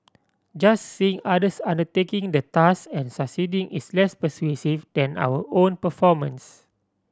just seeing others undertaking the task and succeeding is less persuasive than our own performance